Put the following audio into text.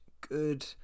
good